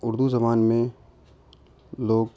اردو زبان میں لوگ